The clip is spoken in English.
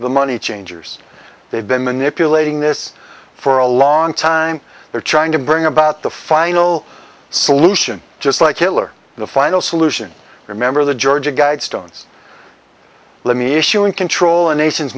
the money changers they've been manipulating this for a long time they're trying to bring about the final solution just like killer in the final solution remember the georgia guidestones let me issue and control a nation